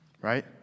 Right